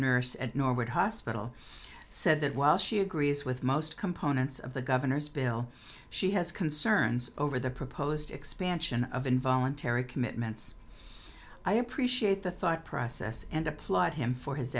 nurse at norwood hospital said that while she agrees with most components of the governor's bill she has concerns over the proposed expansion of involuntary commitments i appreciate the thought process and applaud him for his